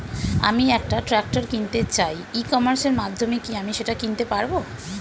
আমি একটা ট্রাক্টর কিনতে চাই ই কমার্সের মাধ্যমে কি আমি সেটা কিনতে পারব?